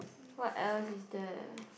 what else is there